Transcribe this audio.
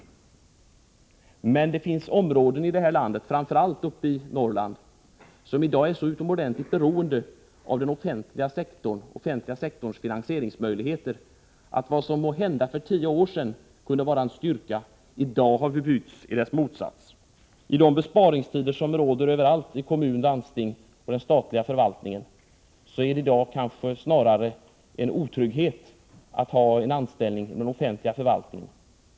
Men det finns områden i landet, framför allt uppe i Norrland, som i dag är så utomordentligt beroende av den offentliga sektorns finansieringsmöjligheter att vad som måhända för tio år sedan kunde vara en styrka i dag har förbytts i dess motsats. I de besparingstider som råder överallt i kommuner, landsting och den statliga förvaltningen är det kanske snarare en otrygghet att ha en anställning inom den offentliga förvaltningen.